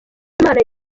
imana